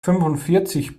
fünfundvierzig